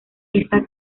esta